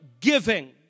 giving